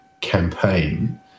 campaign